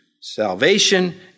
salvation